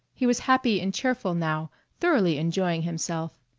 he was happy and cheerful now thoroughly enjoying himself.